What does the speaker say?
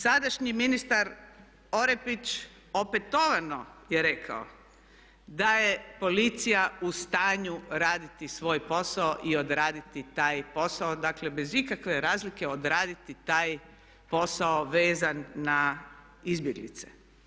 Sadašnji ministar Orepić opetovano je rekao da je policija u stanju raditi svoj posao i odraditi taj posao dakle bez ikakve razlike odraditi taj posao vezan na izbjeglice.